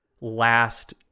last